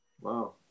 Wow